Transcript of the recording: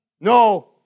No